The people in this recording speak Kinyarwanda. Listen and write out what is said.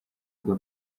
rwa